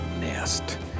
nest